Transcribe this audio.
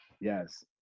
Yes